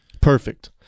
Perfect